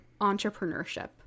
entrepreneurship